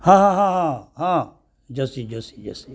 ହଁ ହଁ ହଁ ହଁ ହଁ ଜସି ଜସି ଜସି